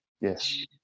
Yes